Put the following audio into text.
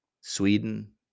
Sweden